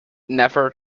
never